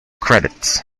credits